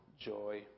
joy